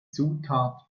zutat